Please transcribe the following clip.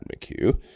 McHugh